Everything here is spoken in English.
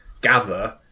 gather